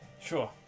Sure